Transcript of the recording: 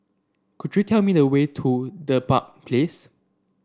could you tell me the way to Dedap Place